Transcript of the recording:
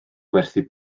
gwerthu